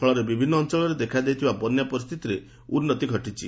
ଫଳରେ ବିଭିନ୍ ଅଞ୍ଞଳରେ ଦେଖାଦେଇଥିବା ବନ୍ୟା ପରିସ୍ତିତିରେ ଉନ୍ଦତି ଘଟିଛି